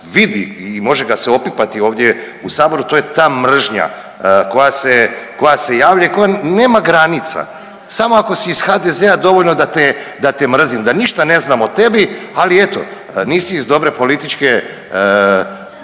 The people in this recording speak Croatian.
vidi i može ga se opipati ovdje u Saboru to je ta mržnja koja se javlja i koja nema granica. Samo ako si iz HDZ-a dovoljno da te mrzim da ništa ne znam o tebi, ali eto nisi iz dobre političke